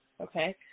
okay